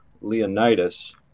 Leonidas